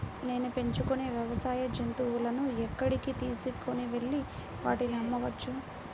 నేను పెంచుకొనే వ్యవసాయ జంతువులను ఎక్కడికి తీసుకొనివెళ్ళి వాటిని అమ్మవచ్చు?